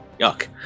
Yuck